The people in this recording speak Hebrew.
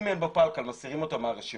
אם אין בו פלקל מסירים אותו מהרשימה,